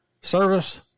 service